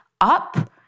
up